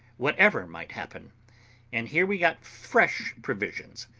whatever might happen and here we got fresh provisions,